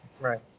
Right